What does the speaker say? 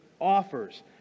offers